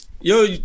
Yo